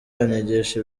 anyigisha